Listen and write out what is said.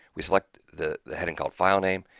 we select the heading called file name,